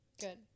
Good